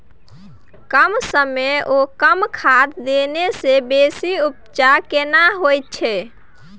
कम समय ओ कम खाद देने से बेसी उपजा केना होय छै?